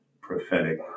prophetic